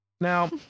Now